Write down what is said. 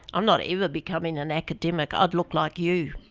i'm not even becoming an academic. i'd look like you.